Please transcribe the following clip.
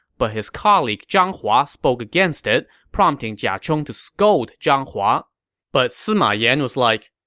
but his colleague zhang hua spoke against it, prompting jia chong to scold zhang hua but sima yan was like,